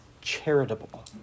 charitable